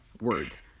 Words